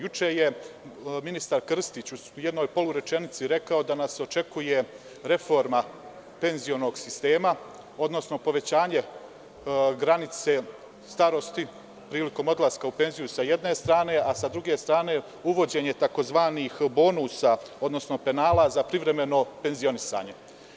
Juče je ministar Krstić u jednoj polurečenici rekao da nas očekuje reforma penzionog sistema, odnosno povećanje granice starosti prilikom odlaska u penziju sa jedne strane, a sa druge strane uvođenje takozvanih bonusa, odnosno penala za privremeno penzionisanje.